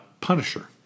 Punisher